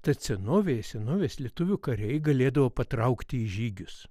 tad senovėje senovės lietuvių kariai galėdavo patraukti į žygius